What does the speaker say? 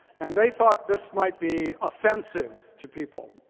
and they thought this might be offensive to people.